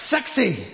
Sexy